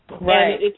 Right